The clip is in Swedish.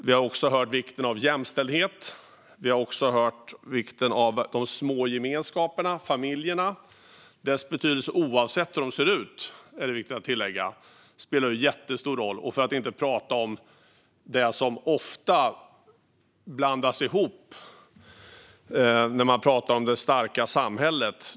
Vi har också hört om vikten av jämställdhet och om vikten av de små gemenskaperna, familjerna, och deras betydelse - oavsett hur de ser ut, är viktigt att tillägga. De spelar en jättestor roll, för att inte tala om det som ofta blandas ihop när man pratar om det starka samhället.